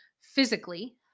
physically